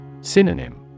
Synonym